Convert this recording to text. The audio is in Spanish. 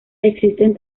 existen